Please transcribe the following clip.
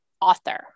author